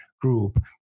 Group